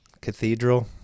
Cathedral